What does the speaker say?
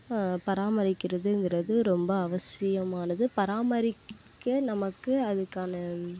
பராமரிக்கிறதுங்கிறது ரொம்ப அவசியமானது பராமரிக்க நமக்கு அதுக்கான